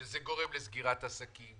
שזה גורם לסגירת עסקים,